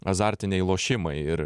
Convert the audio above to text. azartiniai lošimai ir